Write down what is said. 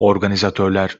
organizatörler